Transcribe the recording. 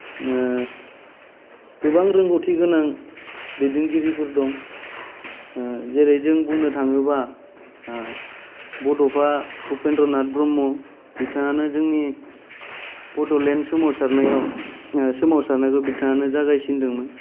ओ गोबां रोंगौथि गोनां दैदेनगिरिफोर दं ओ जेरै जों बुंनो थाङोबा ओ बडफा उपेन्द्र नाथ ब्रह्म बिथांआनो जोंनि बडलेण्ड सोमावसारनायाव सोमावसारनोबो बिथांआनो जागायजेनदोंमोन